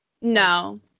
No